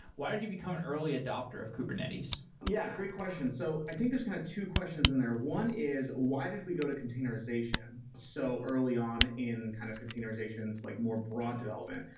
why did you become an early adopter of kubernetes? yeah, great question. so i think there's kind of two questions in there. one is why did we go to containerization? so early on in kind of containerizations, like more broad development.